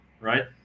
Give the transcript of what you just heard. right